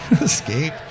escape